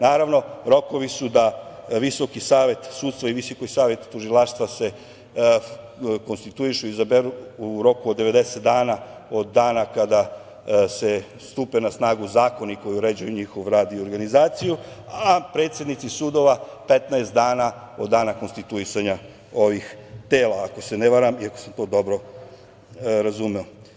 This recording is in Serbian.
Naravno, rokovi su da VSS i VST se konstituišu i izaberu u roku od 90 dana od dana kada stupe na snagu zakoni koji određuju njihov rad i organizaciju, a predsednici sudova 15 dana od dana konstituisanja ovih tela, ako se ne varam i ako sam dobro razumeo.